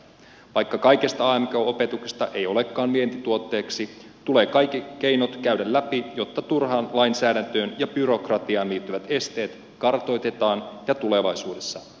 vaikka kaikesta amk opetuksesta ei olekaan vientituotteeksi tulee kaikki keinot käydä läpi jotta turhaan lainsäädäntöön ja byrokratiaan liittyvät esteet kartoitetaan ja tulevaisuudessa poistetaan